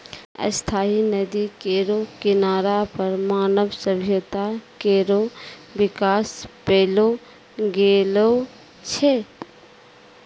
स्थायी नदी केरो किनारा पर मानव सभ्यता केरो बिकास पैलो गेलो छै